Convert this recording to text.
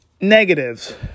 negatives